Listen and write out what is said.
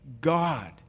God